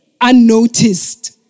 unnoticed